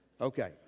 Okay